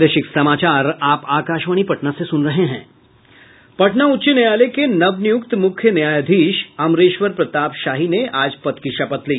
पटना उच्च न्यायालय के नवनियुक्त मुख्य न्यायाधीश अमरेश्वर प्रताप शाही ने आज पद की शपथ ली